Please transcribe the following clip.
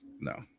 no